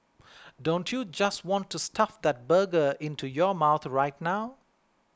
don't you just want to stuff that burger into your mouth right now